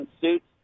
suits